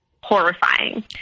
horrifying